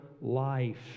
life